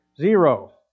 Zero